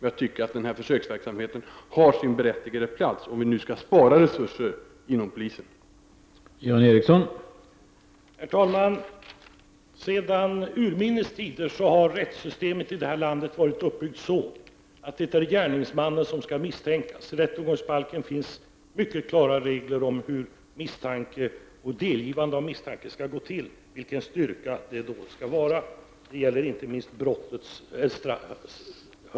Jag tycker att denna försöksverksamhet har sin berättigade plats, om vi nu skall spara resurser inom polisväsendet.